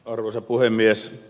arvoisa puhemies